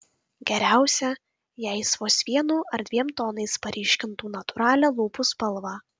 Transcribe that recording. geriausia jei jis vos vienu ar dviem tonais paryškintų natūralią lūpų spalvą